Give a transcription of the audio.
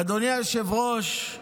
אדוני היושב-ראש,